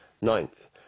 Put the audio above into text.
Ninth